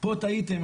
פה טעיתם,